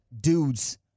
Dudes